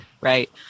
right